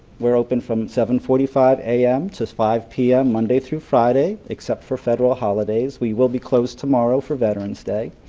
we're open from seven forty five a m. to five p m. monday through friday except for federal holidays. holidays. we will be closed tomorrow for veteran's day.